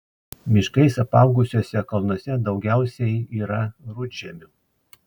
miškais apaugusiuose kalnuose daugiausiai yra rudžemių